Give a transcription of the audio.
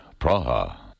Praha